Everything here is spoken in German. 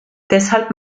deshalb